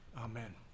Amen